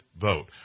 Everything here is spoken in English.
vote